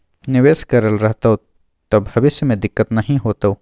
निवेश करल रहतौ त भविष्य मे दिक्कत नहि हेतौ